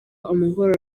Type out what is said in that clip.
amahoro